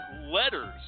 letters